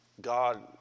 God